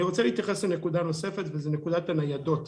אני רוצה להתייחס לנקודה נוספת והיא נקודת הניידות.